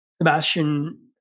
Sebastian